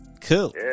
Cool